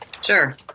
Sure